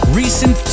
recent